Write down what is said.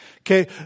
Okay